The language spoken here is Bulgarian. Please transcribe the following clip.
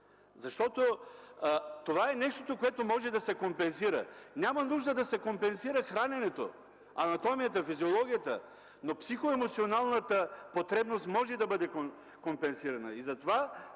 защото това е нещото, което може да се компенсира. Няма нужда да се компенсира храненето, анатомията, физиологията, но психоемоционалната потребност може да бъде компенсирана.